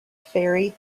fairy